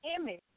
image